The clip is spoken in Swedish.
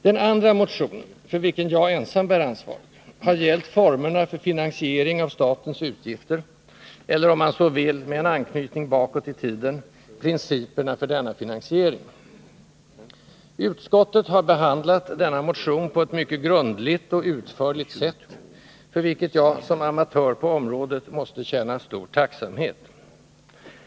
Den andra motionen, för vilken jag ensam bär ansvaret, har gällt formerna för finansiering av statens utgifter — eller, om man så vill, med en anknytning bakåt i tiden, principerna för denna finansiering. Utskottet har behandlat denna motion på ett mycket grundligt och utförligt sätt, för vilket jag som amatör på området måste känna stor tacksamhet.